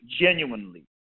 genuinely